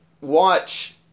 watch